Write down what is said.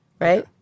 Right